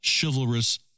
chivalrous